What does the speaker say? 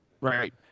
Right